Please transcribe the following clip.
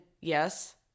yes